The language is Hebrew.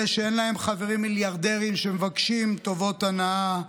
אלה שאין להם חברים מיליארדרים שמבקשים טובות הנאה,